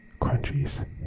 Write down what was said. crunchies